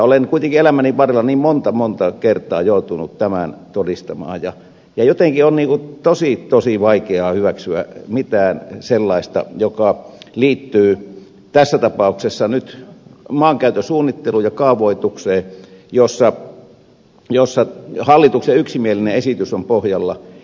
olen kuitenkin elämäni varrella niin monta monta kertaa joutunut tämän todistamaan ja jotenkin on tosi tosi vaikeaa hyväksyä mitään sellaista mikä liittyy tässä tapauksessa nyt maankäytön suunnitteluun ja kaavoitukseen jossa hallituksen yksimielinen esitys on pohjalla